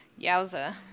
Yowza